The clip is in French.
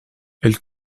elle